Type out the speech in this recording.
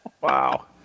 Wow